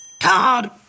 card